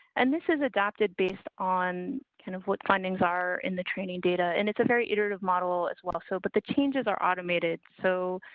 and this is adapted based on kind of what findings are in the training data, and it's a very intuitive model as well. so, but the changes are automated. so,